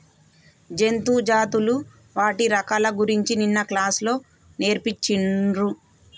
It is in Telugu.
జంతు జాతులు వాటి రకాల గురించి నిన్న క్లాస్ లో నేర్పిచిన్రు